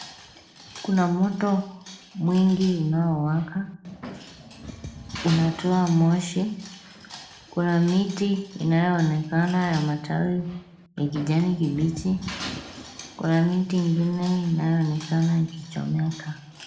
Kuna moto mwingi unaowaka, unatoa moshi. Kuna miti inayoonekana ya matawi ya kijani kibichi na kuna miti mingine inayoonekana ikichomeka.